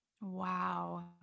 Wow